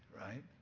right